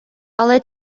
але